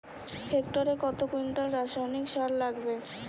হেক্টরে কত কুইন্টাল রাসায়নিক সার লাগবে?